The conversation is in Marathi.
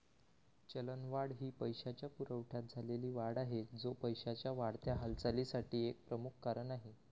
चलनवाढ ही पैशाच्या पुरवठ्यात झालेली वाढ आहे, जो पैशाच्या वाढत्या हालचालीसाठी एक प्रमुख कारण आहे